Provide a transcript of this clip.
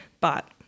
but-